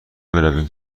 برویم